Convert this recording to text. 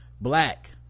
Black